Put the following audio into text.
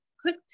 quick